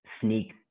sneak